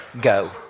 go